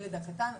לילד הקטן.